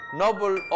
noble